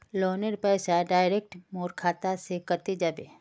लोनेर पैसा डायरक मोर खाता से कते जाबे?